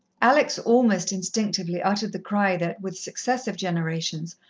alex almost instinctively uttered the cry that, with successive generations,